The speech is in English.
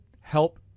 help